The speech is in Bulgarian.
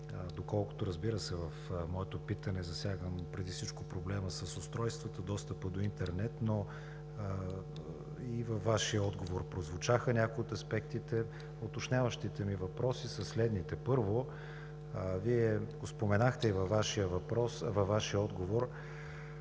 доколкото, разбира се, в моето питане засягам преди всичко проблема с устройствата, достъпът до интернет, но и във Вашия отговор прозвучаха някои от аспектите, уточняващите ми въпроси са следните: Първо, Вие споменахте и във Вашия отговор,